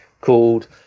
called